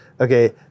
Okay